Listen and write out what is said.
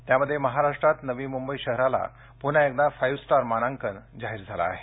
त्यामध्ये महाराष्ट्रात नवी मुंबई शहराला पून्हा एकदा फाईव स्टार मानांकन जाहीर झालं आहे